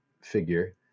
figure